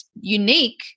unique